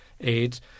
AIDS